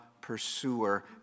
pursuer